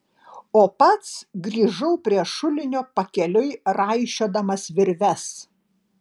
o pats grįžau prie šulinio pakeliui raišiodamas virves